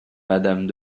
madame